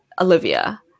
Olivia